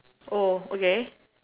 oh okay